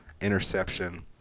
interception